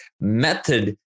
method